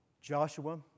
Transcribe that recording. Joshua